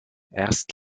erst